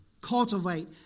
Cultivate